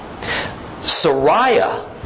Sariah